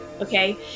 okay